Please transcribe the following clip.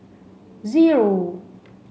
zero